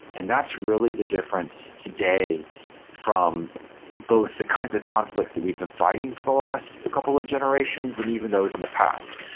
and that's really the difference today from both the kinds of conflicts we've been fighting for the last couple of generations and even those in the past.